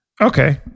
okay